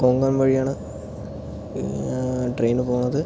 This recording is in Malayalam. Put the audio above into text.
കൊങ്കൺ വഴി ആണ് ട്രെയിൻ പോകുന്നത്